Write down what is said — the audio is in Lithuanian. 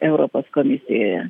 europos komisijoje